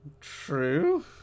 True